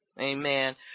Amen